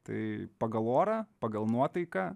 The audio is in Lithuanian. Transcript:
tai pagal orą pagal nuotaiką